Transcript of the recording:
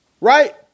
Right